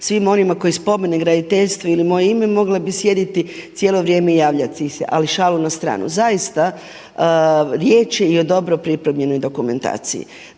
svima onima koji spomene graditeljstvo ili moje ime mogla bi sjediti cijelo vrijeme i javljati se. Ali šalu na stranu. Zaista riječ je i o dobro pripremljenoj dokumentaciji.